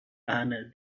and